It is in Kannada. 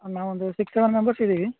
ಹಂಗ್ ನಾವೊಂದು ಸಿಕ್ಸ್ ಸೆವೆನ್ ಮೆಂಬರ್ಸ್ ಇದ್ದೀವಿ